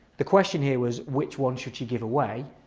the question here was which one should she give away.